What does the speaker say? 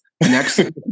Next